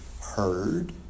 heard